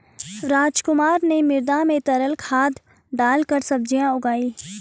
रामकुमार ने मृदा में तरल खाद डालकर सब्जियां उगाई